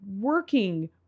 working